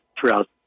throughout